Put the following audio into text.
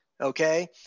okay